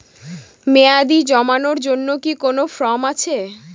মেয়াদী জমানোর জন্য কি কোন ফর্ম আছে?